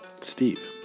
Steve